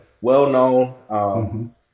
well-known